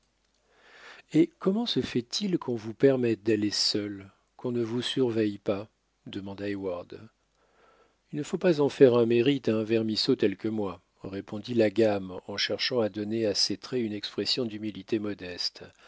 et comment se fait-il qu'on vous permette d'aller seul qu'on ne vous surveille pas demanda heyward il ne faut pas en faire un mérite à un vermisseau tel que moi répondit la gamme en cherchant à donner à ses traits une expression d'humilité modeste